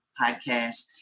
podcast